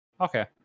Okay